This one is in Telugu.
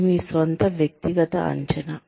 ఇది మీ స్వంత వ్యక్తిగత అంచనా